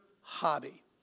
hobby